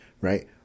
Right